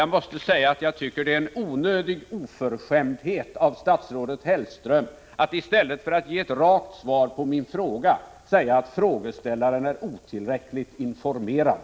Jag måste säga att jag tycker att det är en onödig oförskämdhet av statsrådet Hellström att i stället för att lämna ett rakt svar på min fråga säga att frågeställaren är otillräckligt informerad.